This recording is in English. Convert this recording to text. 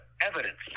evidence